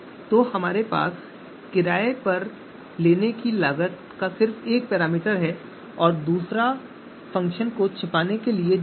तो हमारे पास किराए पर लेने की लागत का सिर्फ एक पैरामीटर है और दूसरा फ़ंक्शन को छिपाने के लिए डमी है